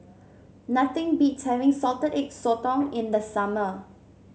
nothing beats having Salted Egg Sotong in the summer